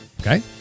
Okay